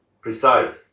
precise